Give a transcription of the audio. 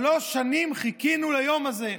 שלוש שנים חיכינו ליום הזה,